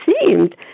seemed